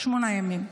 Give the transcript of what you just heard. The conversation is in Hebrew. שמונה ימים.